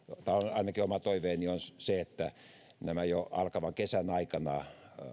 ainakin oma toiveeni on se jo alkavan kesän aikana